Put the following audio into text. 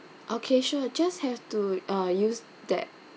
okay sure just have to uh use that